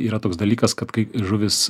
yra toks dalykas kad kai žuvys